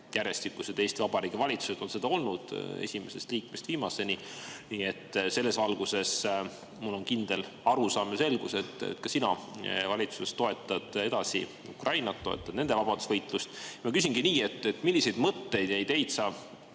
järjestikused Eesti Vabariigi valitsused on seda olnud, esimesest liikmest kuni viimaseni. Nii et selles valguses mul on kindel arusaam ja selgus, et ka sina valitsuses toetad edasi Ukrainat, toetad nende vabadusvõitlust. Ma küsingi nii: milliseid mõtteid ja ideid sa